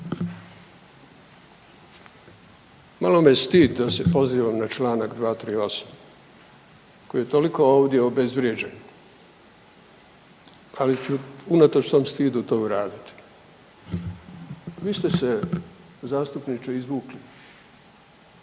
Malo me stid da se pozivam na Članak 238., koji je toliko ovdje obezvrijeđen, ali ću unatoč tom stidu to uraditi. Vi ste se zastupniče izvukli